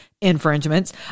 infringements